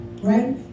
right